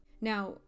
Now